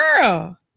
girl